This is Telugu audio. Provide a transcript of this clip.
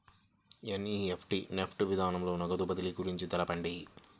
ఎన్.ఈ.ఎఫ్.టీ నెఫ్ట్ విధానంలో నగదు బదిలీ గురించి తెలుపండి?